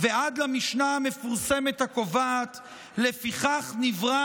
ועד למשנה המפורסמת הקובעת "לפיכך נברא